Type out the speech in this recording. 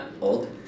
Old